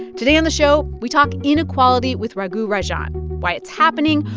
today on the show, we talk inequality with raghu rajan why it's happening,